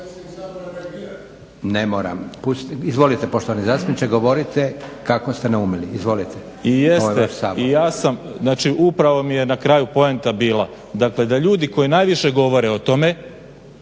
govori. Izvolite poštovani zastupniče govorite kako ste naumili. Izvolite. **Crnogorac, Dragan (SDSS)** Jeste i ja sam znači upravo mi je na kraju poanta bila da ljudi koji najviše govore o tome